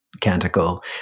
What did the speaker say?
canticle